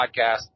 podcast